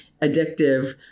addictive